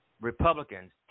Republicans